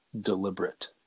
deliberate